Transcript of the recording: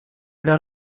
для